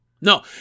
No